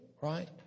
right